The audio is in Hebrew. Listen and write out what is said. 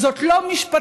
זאת לא משפטיזציה,